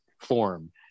form